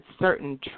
certain